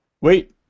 wait